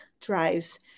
drives